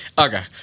Okay